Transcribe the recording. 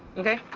ok,